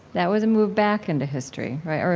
that was a move back into history, right?